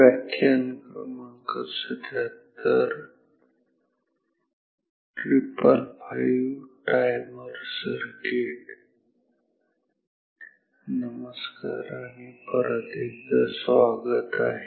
555 - timer circuit नमस्कार आणि परत एकदा स्वागत आहे